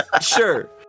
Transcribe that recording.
sure